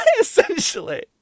Essentially